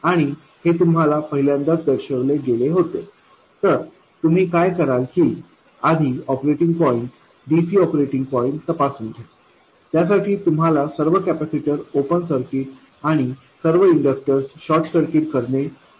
आणि हे तुम्हाला पहिल्यांदाच दर्शविले गेले होते तर तुम्ही काय कराल की आधी operating point dc operating point तपासून घ्या त्यासाठी तुम्हाला सर्व कॅपेसिटर ओपन सर्किट आणि सर्व इंडक्टर्स शॉर्ट सर्किट करणे आवश्यक आहे